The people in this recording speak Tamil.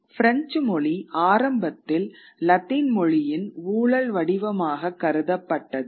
பிரெஞ்சு மொழி ஆரம்பத்தில் லத்தீன் மொழியின் ஊழல் வடிவமாகக் கருதப்பட்டது